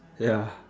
ya